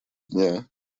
дня